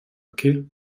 okay